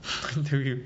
until you